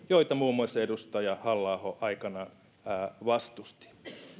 joita muun muassa edustaja halla aho aikanaan vastusti